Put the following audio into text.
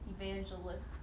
evangelist